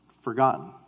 forgotten